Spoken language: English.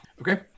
Okay